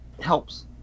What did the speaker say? helps